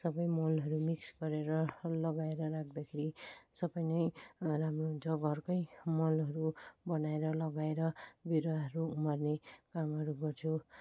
सबै मलहरू मिक्स गरेर लगाएर राख्दाखेरि सबै नै राम्रो हुन्छ घरकै मलहरू बनाएर लगाएर बिरुवाहरू उमार्ने कामहरू गर्छु